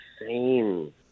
insane